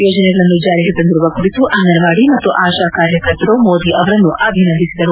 ಯೋಜನೆಗಳನ್ನು ಜಾರಿಗೆ ತಂದಿರುವ ಕುರಿತು ಅಂಗನವಾಡಿ ಮತ್ತು ಆಶಾ ಕಾರ್ಯಕರ್ತರು ಮೋದಿ ಅವರನ್ನು ಅಭಿನಂದಿಸಿದರು